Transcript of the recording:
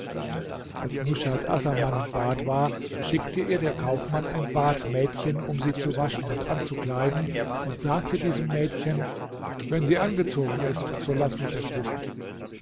als nushat assaman im bad war schickte ihr der kaufmann ein badmädchen um sie zu waschen und anzukleiden und sagte diesem mädchen wenn sie angezogen ist so laß mich es wissen